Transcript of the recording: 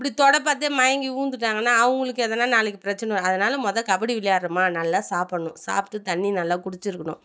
இப்படி தொட பார்த்தே மயங்கி உழுந்துட்டாங்கன்னா அவங்களுக்கு எதனால் நாளைக்கு பிரச்சின அதனால் மொதல் கபடி விளையாடுறமா நல்லா சாப்புடணும் சாப்பிட்டு தண்ணி குடிச்சுருக்கணும்